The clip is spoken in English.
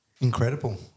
Incredible